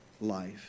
life